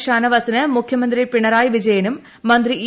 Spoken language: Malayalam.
ഷാന്റ്വാസിന് മുഖ്യമന്ത്രി പിണറായി വിജയനും മന്ത്രി ഇ